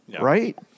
Right